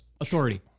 Authority